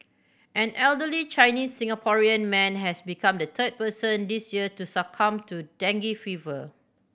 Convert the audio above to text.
an elderly Chinese Singaporean man has become the third person this year to succumb to dengue fever